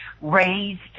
raised